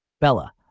Bella